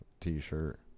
t-shirt